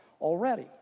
already